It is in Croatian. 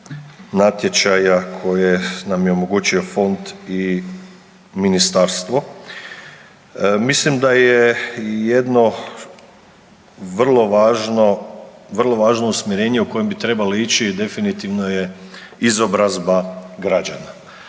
natječaja koje nam je omogućio Fond i Ministarstvo. Mislim da je jedno vrlo važno usmjerenje u kojem bi trebalo ići je definitivno je izobrazba građana.